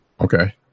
okay